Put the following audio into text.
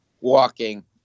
walking